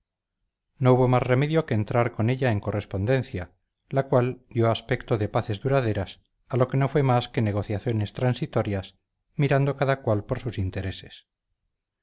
no hubo más remedio que entrar con ella en correspondencia la cual dio aspecto de paces duraderas a lo que no fue más que negociaciones transitorias mirando cada cual por sus intereses